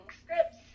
scripts